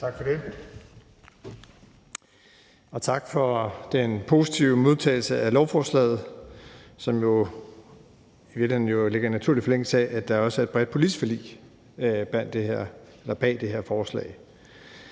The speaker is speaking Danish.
Tak for det, og tak for den positive modtagelse af lovforslaget, som jo i virkeligheden ligger i naturlig forlængelse af, at der også er et bredt politisk forlig bag det her forslag.